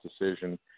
decision